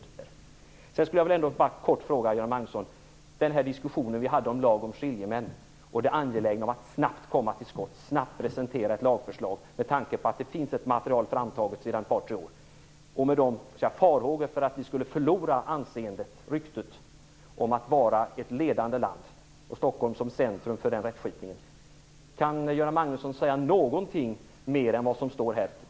Sedan vill jag ställa en fråga till Göran Magnusson. Vi hade ju en diskussion om lag om skiljemän och det angelägna i att snabbt komma till skott och presentera ett lagförslag. Det finns ett material framtaget sedan ett par tre år. Nu finns det farhågor om att vi skall förlora vårt anseende och rykte som ledande land och Stockholms rykte som centrum för den här rättskipningen. Kan Göran Magnusson säga något mer än vad som står här?